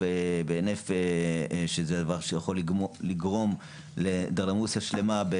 שזה דבר שיכול לגרום לאנדרלמוסיה שלמה.